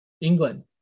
England